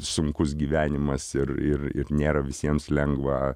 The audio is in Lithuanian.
sunkus gyvenimas ir ir ir nėra visiems lengva